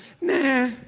nah